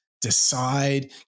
decide